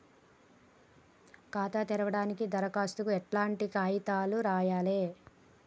ఖాతా తెరవడానికి దరఖాస్తుకు ఎట్లాంటి కాయితాలు రాయాలే?